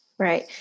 Right